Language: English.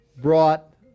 brought